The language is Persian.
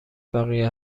بقیه